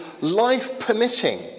life-permitting